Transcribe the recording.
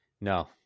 no